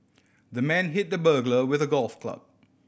the man hit the burglar with a golf club